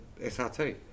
SRT